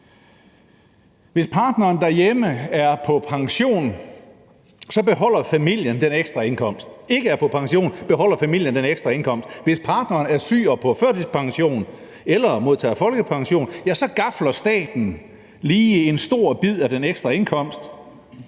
Hvis partneren derhjemme ikke er på pension, beholder familien den ekstra indkomst. Hvis partneren er syg og på førtidspension eller modtager folkepension, gafler staten lige en stor bid af den ekstra indkomst.